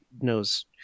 knows